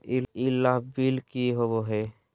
ई लाभ बिल की होबो हैं?